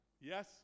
Yes